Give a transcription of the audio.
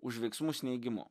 už veiksmus neigimu